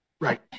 right